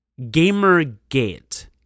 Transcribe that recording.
gamerGate